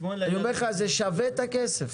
זה שווה את הכסף.